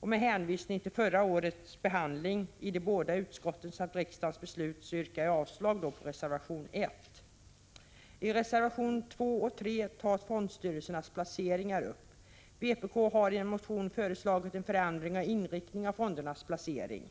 Med hänvisning till förra årets behandling i de båda utskotten samt till riksdagens beslut yrkar jag avslag på reservation 1. I reservationerna 2 och 3 tas fondstyrelsernas placeringar upp. Vpk harien motion föreslagit en förändring av inriktningen av fondernas placering.